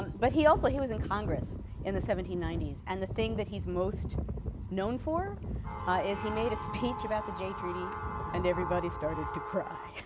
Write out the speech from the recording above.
but he also he was in congress in the seventeen ninety s and the thing that he's most known for is he made a speech about the jay treaty and everybody started to cry.